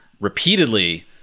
repeatedly